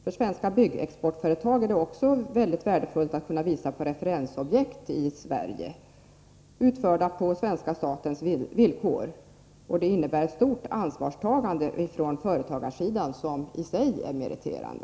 För svenska byggexportföretag är det också mycket värdefullt att kunna hänvisa till referensobjekt i Sverige, utförda på svenska statens villkor. Detta innebär ett stort ansvarstagande från företagarsidan, vilket i sig är meriterande.